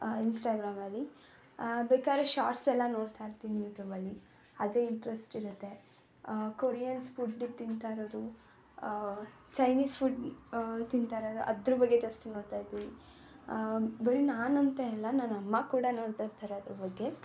ಇನ್ಸ್ಟ್ರಾಗ್ರಾಮಲಿ ಬೇಕಾದ್ರೆ ಶಾರ್ಟ್ಸೆಲ್ಲ ನೋಡ್ತಾಯಿರ್ತೀನಿ ಯೂ ಟ್ಯೂಬಲ್ಲಿ ಅದೇ ಇಂಟ್ರಸ್ಟ್ ಇರುತ್ತೆ ಕೊರಿಯನ್ಸ್ ಫುಡ್ ತಿಂತಾ ಇರೋದು ಚೈನೀಸ್ ಫುಡ್ ತಿಂತಾ ಇರೋದು ಅದ್ರ ಬಗ್ಗೆ ಜಾಸ್ತಿ ನೋಡ್ತಾಯಿರ್ತೀವಿ ಬರಿ ನಾನಂತೆ ಅಲ್ಲ ನನ್ನ ಅಮ್ಮ ಕೂಡ ನೋಡ್ತಾಯಿರ್ತಾರೆ ಅದ್ರ ಬಗ್ಗೆ